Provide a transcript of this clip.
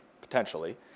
potentially